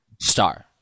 Star